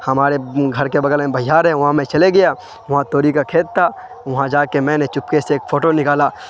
ہمارے گھر کے بغل میں بھیار ہے وہاں میں چلے گیا وہاں توری کا کھیت تھا وہاں جا کے میں نے چپکے سے ایک فوٹو نکالا